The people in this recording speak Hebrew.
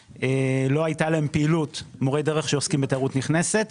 לא הייתה להם פעילות מורי דרך שעוסקים בתיירות נכנסת,